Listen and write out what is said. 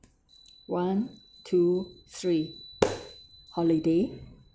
one two three holiday